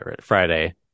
Friday